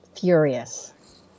furious